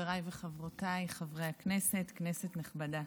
חבריי וחברותיי חברי הכנסת, כנסת נכבדה,